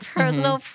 personal